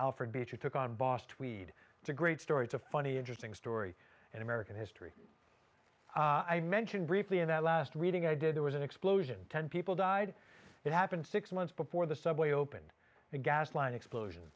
alfred beecher took on boss tweed it's a great story it's a funny interesting story in american history i mentioned briefly in that last reading i did there was an explosion ten people died it happened six months before the subway opened a gas line explosion